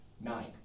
nine